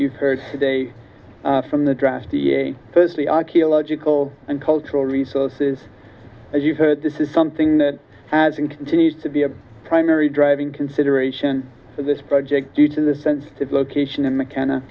you've heard today from the draft firstly archaeological and cultural resources as you heard this is something that has and continues to be a primary driving consideration for this project due to the sensitive location and mckenna